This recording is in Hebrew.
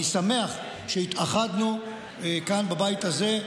אני שמח שהתאחדנו כאן בבית הזה,